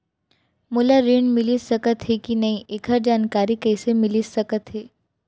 मोला ऋण मिलिस सकत हे कि नई एखर जानकारी कइसे मिलिस सकत हे?